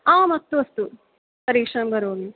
आम् अस्तु अस्तु परीक्षां करोमि